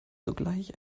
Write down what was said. sogleich